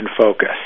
focus